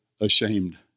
ashamed